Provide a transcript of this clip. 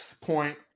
point